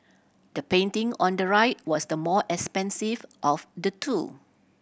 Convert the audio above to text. the painting on the right was the more expensive of the two